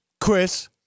Chris